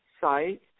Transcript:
Site